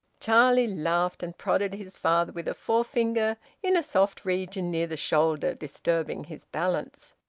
charlie laughed, and prodded his father with a forefinger in a soft region near the shoulder, disturbing his balance.